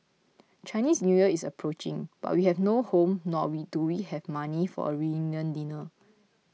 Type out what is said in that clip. Chinese New Year is approaching but we have no home nor do we have money for a reunion dinner